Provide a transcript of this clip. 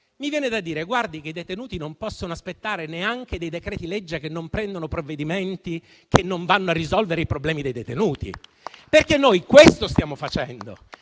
mi viene da dire: guardi che i detenuti non possono aspettare neanche dei decreti-legge che non prendono provvedimenti e che non risolvono i problemi dei detenuti, perché noi questo stiamo facendo.